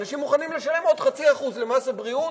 אנשים מוכנים לשלם עוד 0.5% למס הבריאות,